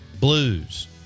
Blues